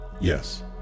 Yes